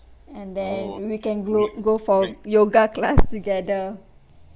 and then we can gro~ go for yoga class together